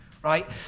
Right